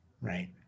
Right